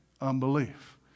Unbelief